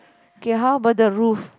K how about the roof